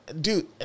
dude